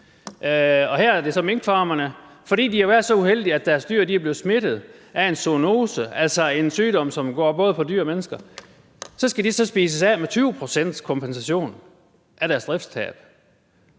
og her er det så minkfarmerne, som, fordi de har været så uheldige, at deres dyr er blevet smittet af en zoonose, altså en sygdom, som går både på dyr og mennesker, skal spises af med en 20-procentskompensation af deres driftstab.